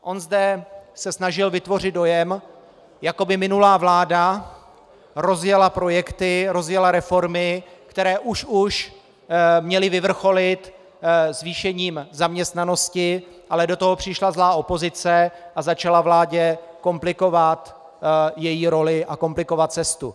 On zde se snažil vytvořit dojem, jako by minulá vláda rozjela projekty, rozjela reformy, které už už měly vyvrcholit zvýšením zaměstnanosti, ale do toho přišla zlá opozice a začala vládě komplikovat její roli a komplikovat cestu.